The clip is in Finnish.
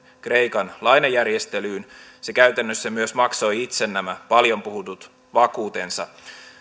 kreikan lainajärjestelyyn myös käytännössä maksoi itse nämä paljon puhutut vakuutensa